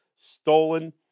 stolen